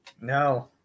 No